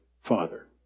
father